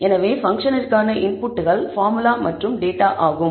எனவே பங்க்ஷனிற்கான இன்புட்கள் பார்முலா மற்றும் டேட்டா ஆகும்